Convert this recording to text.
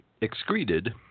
excreted